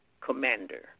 commander